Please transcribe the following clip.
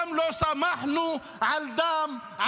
מעולם לא שמחנו עם דם,